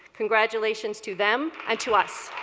congratulations to them and to us.